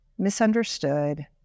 misunderstood